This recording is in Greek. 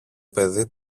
παιδί